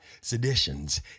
seditions